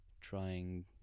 trying